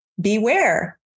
Beware